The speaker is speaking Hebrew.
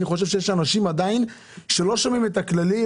אני חושב שיש אנשים שעדיין לא שומעים את הכללי,